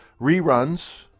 reruns